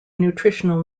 nutritional